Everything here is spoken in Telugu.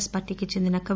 ఎస్ పార్టీకి చెందిన కె